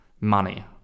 money